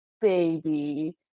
baby